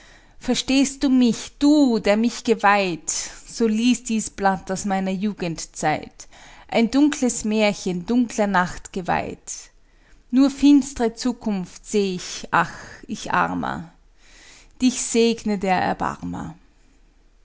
verstehst du mich du der ich mich geweiht so lies dies blatt aus meiner jugendzeit ein dunkles märchen dunkler nacht geweiht nur finst're zukunft seh ich ach ich armer dich segne der erbarmer